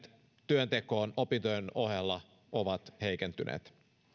työntekoon opintojen ohella ovat heikentyneet